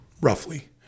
roughly